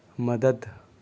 مدد